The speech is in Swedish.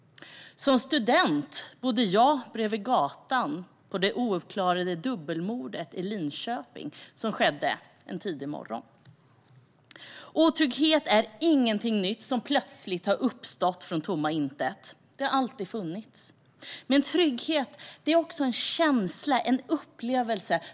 Som student bodde jag bredvid gatan i Linköping där det ouppklarade dubbelmordet skedde en tidig morgon. Otrygghet är ingenting nytt som plötsligt har uppstått från tomma intet - otrygghet har alltid funnits. Men trygghet är också en känsla och en upplevelse.